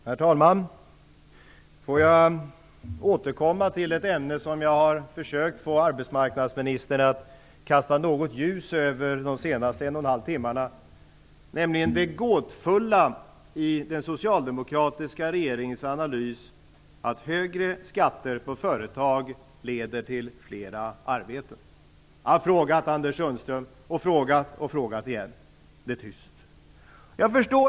Herr talman! Får jag återkomma till ett ämne som jag nu i en och en halv timme har försökt få arbetsmarknadsministern att kasta något ljus över, nämligen det gåtfulla i den socialdemokratiska regeringens analys att högre skatter på företag leder till flera arbeten. Jag har frågat och frågat Anders Sundström, men det är tyst.